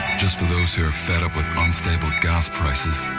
just for those who are fed up with unstable gas prices.